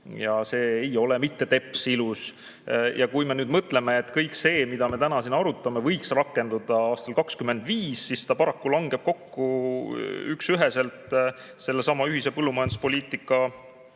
See ei ole mitte teps ilus. Ja kui me nüüd mõtleme, et kõik see, mida me täna siin arutame, võiks rakenduda aastal 2025, siis ta paraku langeb üksüheselt kokku sellesama ühise põllumajanduspoliitika